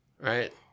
Right